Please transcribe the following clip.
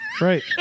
right